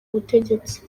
ubutegetsi